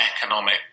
economic